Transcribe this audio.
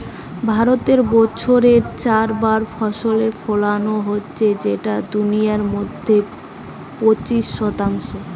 ভারতে বছরে চার বার ফসল ফোলানো হচ্ছে যেটা দুনিয়ার মধ্যে পঁচিশ শতাংশ